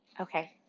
Okay